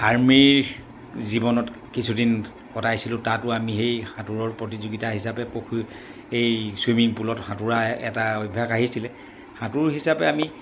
আৰ্মিৰ জীৱনত কিছুদিন কটাইছিলোঁ তাতো আমি সেই সাঁতোৰৰ প্ৰতিযোগিতা হিচাপে পুখুৰী এই ছুইমিং পুলত সাঁতোৰা এটা অভ্যাস আহিছিলে সাঁতোৰ হিচাপে আমি